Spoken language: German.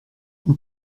und